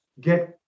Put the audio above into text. Get